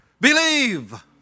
believe